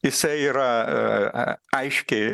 jisai yra aiškiai